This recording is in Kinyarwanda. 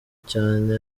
cyane